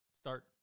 start